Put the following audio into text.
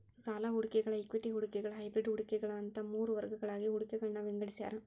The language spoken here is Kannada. ಸಾಲ ಹೂಡಿಕೆಗಳ ಇಕ್ವಿಟಿ ಹೂಡಿಕೆಗಳ ಹೈಬ್ರಿಡ್ ಹೂಡಿಕೆಗಳ ಅಂತ ಮೂರ್ ವರ್ಗಗಳಾಗಿ ಹೂಡಿಕೆಗಳನ್ನ ವಿಂಗಡಿಸ್ಯಾರ